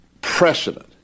precedent